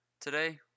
Today